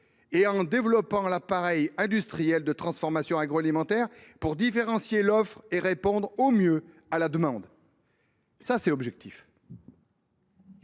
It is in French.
et en développant l’appareil industriel de transformation agroalimentaire pour diversifier l’offre et répondre au mieux à la demande ». Voilà